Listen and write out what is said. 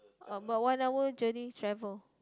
about one hour journey travel